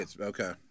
Okay